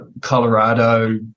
Colorado